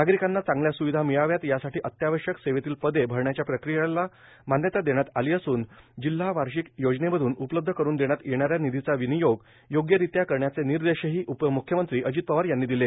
नागरिकांना चांगल्या सूविधा मिळाव्यात यासाठी अत्यावश्यक सेवेतील पदे भरण्याच्या प्रक्रियेला मान्यता देण्यात आली असून जिल्हा वार्षिक योजनेमधून उपलब्ध करून देण्यात येणाऱ्या निधीचा विनियोग योग्यरित्या करण्याचे निर्देश हि उपम्ख्यमंत्री अजित पवार यांनी दिले